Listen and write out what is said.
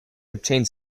obtained